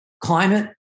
climate